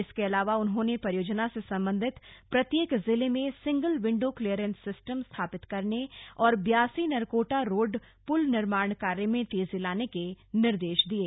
इसके अलावा उन्होंने परियोजना से सम्बन्धित प्रत्येक जिले में सिंगल विंडो क्लीयरेंस सिस्टम स्थापित करने और ब्यासी नरकोटा रोड पुल निर्माण कार्य में तेजी लाने के निर्देश दिये